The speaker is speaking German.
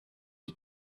die